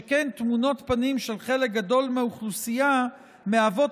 שכן תמונות פנים של חלק גדול מהאוכלוסייה מהוות